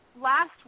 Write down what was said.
last